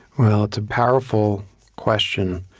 well, it's a powerful question,